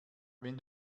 wenn